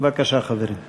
בבקשה, חבר הכנסת